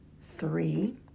three